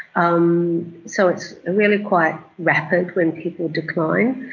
um so it's really quite rapid when people decline.